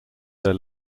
their